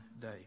day